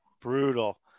Brutal